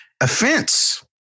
offense